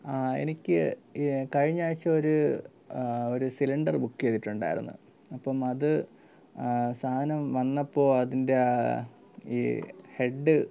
എനിക്ക് കഴിഞ്ഞ ആഴ്ച ഒരു ഒരു സിലിണ്ടർ ബുക്ക് ചെയ്തിട്ടുണ്ടായിരുന്നു അപ്പോൾ അത് സാധനം വന്നപ്പോൾ അതിൻ്റെ ഈ ഹെഡ്